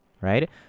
right